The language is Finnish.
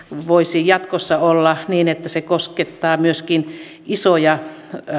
voisi jatkossa olla niin että se koskettaa myöskin isoja